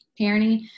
parenting